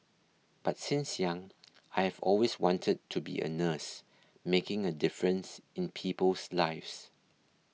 but since young I have always wanted to be a nurse making a difference in people's lives